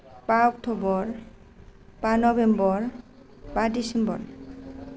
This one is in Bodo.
बा अक्ट'बर बा नबेम्बर बा डिसेम्बर